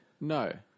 No